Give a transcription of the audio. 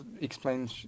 explain